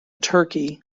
turkey